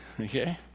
okay